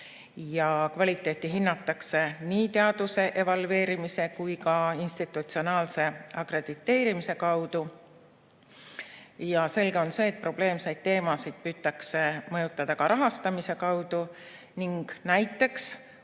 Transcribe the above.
Kvaliteeti hinnatakse nii teaduse evalveerimise kui ka institutsionaalse akrediteerimise kaudu. Selge on see, et probleemseid teemasid püütakse mõjutada ka rahastamise kaudu. Näiteks